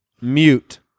mute